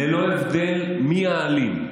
ללא הבדל מי האלים,